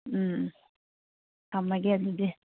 ꯎꯝ ꯊꯝꯂꯒꯦ ꯑꯗꯨꯗꯤ